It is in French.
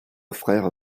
frères